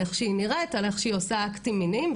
על איך שהיא עושה אקטים מיניים,